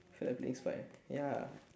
I feel like playing spider~ ya